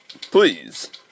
Please